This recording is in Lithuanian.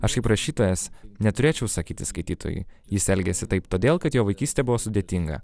aš kaip rašytojas neturėčiau sakyti skaitytojui jis elgiasi taip todėl kad jo vaikystė buvo sudėtinga